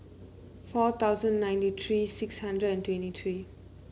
four thousand ninety three six hundred twenty three